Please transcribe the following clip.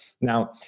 Now